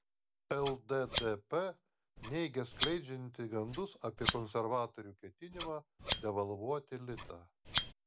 lddp neigia skleidžianti gandus apie konservatorių ketinimą devalvuoti litą